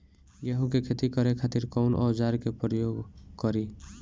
गेहूं के खेती करे खातिर कवन औजार के प्रयोग करी?